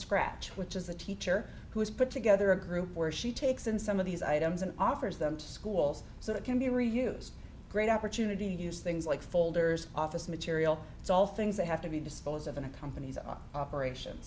scratch which is a teacher who has put together a group where she takes in some of these items and offers them to schools so that can be reviews great opportunity to use things like folders office material it's all things that have to be disposed of in a company's our operation